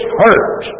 hurt